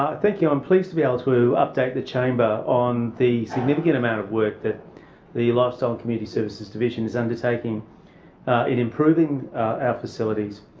thank you. i'm pleased to be able to update the chamber on the significant amount of work that the lifestyle and community services division is undertaking in improving our facilities,